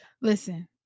listen